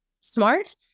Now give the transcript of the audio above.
smart